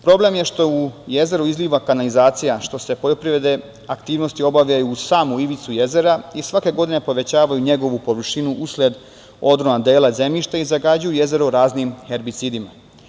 Problem je što se u jezeru izliva kanalizacija, što se poljoprivredne aktivnosti obavljaju uz samu ivicu jezera i svake godine povećavaju njegovu površinu usled odrona dela zemljišta i zagađuju jezero raznim herbicidima.